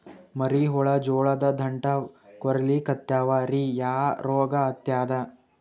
ಮರಿ ಹುಳ ಜೋಳದ ದಂಟ ಕೊರಿಲಿಕತ್ತಾವ ರೀ ಯಾ ರೋಗ ಹತ್ಯಾದ?